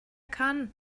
kann